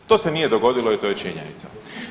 To se nije dogodilo i to je činjenica.